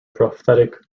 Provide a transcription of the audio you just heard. prophetic